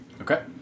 Okay